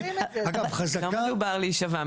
לא מדובר להישבע.